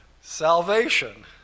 salvation